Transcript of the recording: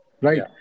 right